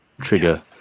trigger